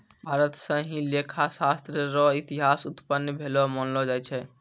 भारत स ही लेखा शास्त्र र इतिहास उत्पन्न भेलो मानलो जाय छै